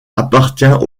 appartient